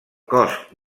cost